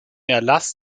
erlass